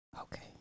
Okay